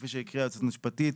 כפי שהקריאה היועצת המשפטית.